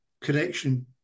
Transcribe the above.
connection